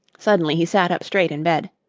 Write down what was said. suddenly he sat up straight in bed.